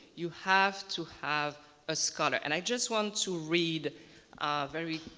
you have to have a scholar. and i just want to read very